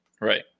right